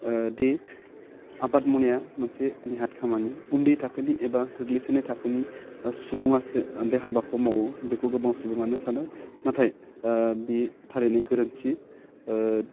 ओह दि आबाद मावनाया मोनसे नेहाथ खामानि उन्दै थाखोनि एबा गोग्लैसोनाय थाखोनि सुबुङासो ओह बे हाबाखौ मावो बेखौ गोबां सुबुङानो सानो नाथाय ओह बि थारैनो गोरोन्थि ओह